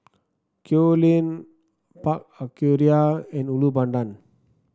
Kew Lane Park Aquaria and Ulu Pandan